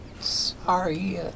Sorry